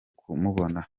kumubona